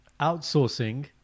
Outsourcing